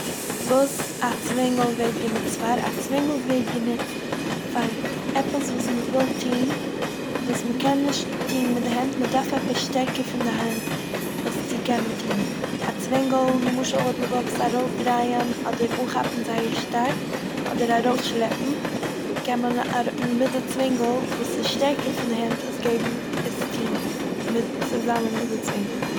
וואס א צווענגל ווערט גענוצט פאר. א צווענגל ווערט גענוצט פאר עפעס וואס מ'וויל טוהן וואס מ'קען נישט טוהן מיט די הענט מ'דארף עפעס שטערקער פון די הא- ענט עס צו קענען טוהן. א צווענגל, נמשל אויב מ'וויל עפעס ארויסדרייען אדער אנכאפן זייער שטארק אדער ארויסשלעפן קען מען א- אראפ- מיט די צווענגל וואס איז שטערקער פון די הענט עס געבן- עס טוהן מיט- צוזאמען מיט די צווענגל.